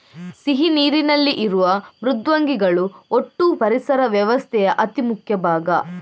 ಸಿಹಿ ನೀರಿನಲ್ಲಿ ಇರುವ ಮೃದ್ವಂಗಿಗಳು ಒಟ್ಟೂ ಪರಿಸರ ವ್ಯವಸ್ಥೆಯ ಅತಿ ಮುಖ್ಯ ಭಾಗ